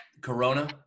Corona